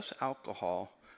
alcohol